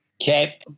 Okay